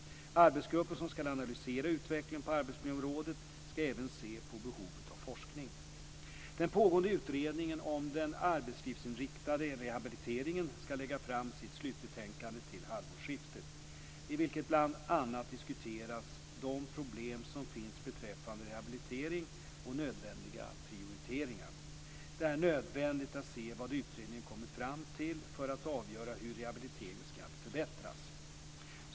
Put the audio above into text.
Arbetsgruppen som ska analysera utvecklingen på arbetsmiljöområdet ska även se på behovet av forskning. Den pågående utredningen om den arbetslivsinriktade rehabiliteringen ska lägga fram sitt slutbetänkande till halvårsskiftet, i vilket bl.a. diskuteras de problem som finns beträffande rehabilitering och nödvändiga prioriteringar. Det är nödvändigt att se vad utredningen kommer fram till för att avgöra hur rehabiliteringen ska förbättras.